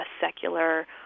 secular